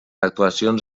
actuacions